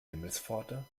himmelspforte